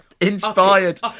Inspired